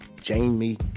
Jamie